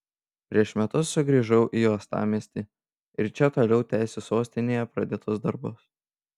prieš metus sugrįžau į uostamiestį ir čia toliau tęsiu sostinėje pradėtus darbus